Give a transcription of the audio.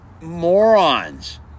morons